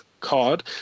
card